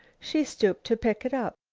she stooped to pick it up.